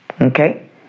okay